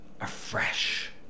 afresh